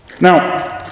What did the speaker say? Now